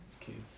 Kids